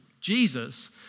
Jesus